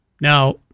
Now